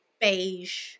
beige